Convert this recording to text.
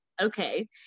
okay